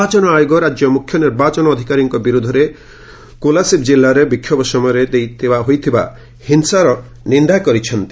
ନିର୍ବାଚନ ଆୟୋଗ ରାଜ୍ୟ ମୁଖ୍ୟ ନିର୍ବାଚନ ଅଧିକାରୀଙ୍କ ବିରୋଧରେ କୋଲାସିବ୍ ଜିଲ୍ଲାରେ ବିକ୍ଷୋଭ ସମୟରେ ହୋଇଥିବା ହିଂସାର ନିନ୍ଦା କରିଛନ୍ତି